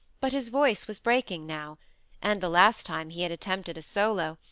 but his voice was breaking now and the last time he had attempted a solo,